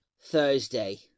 Thursday